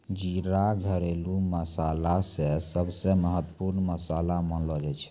जीरा घरेलू मसाला के सबसॅ महत्वपूर्ण मसाला मानलो जाय छै